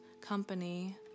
company